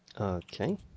Okay